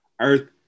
Earth